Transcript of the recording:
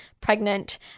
pregnant